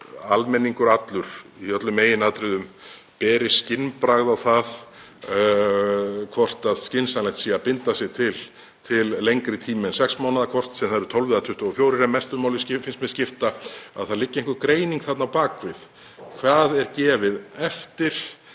almenningur allur í öllum meginatriðum beri skynbragð á það hvort skynsamlegt sé að binda sig til lengri tíma en sex mánaða, hvort sem það eru 12 eða 24. En mestu máli finnst mér skipta að það liggi einhver greining þarna á bak við um hvað sé gefið eftir